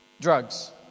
drugs